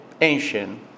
Ancient